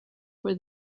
for